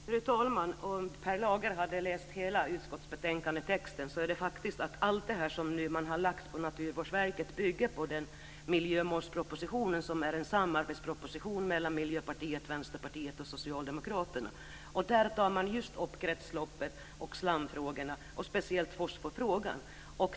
Fru talman! Om Per Lager hade läst hela betänkandet hade han insett att allt som man har lagt på Naturvårdsverket bygger på den miljömålsproposition som är en samarbetsproposition mellan Miljöpartiet, Vänsterpartiet och Socialdemokraterna. Där tar man just upp kretsloppet, slamfrågorna och speciellt fosforfrågan.